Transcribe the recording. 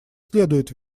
следует